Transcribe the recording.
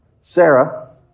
Sarah